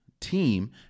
team